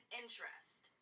interest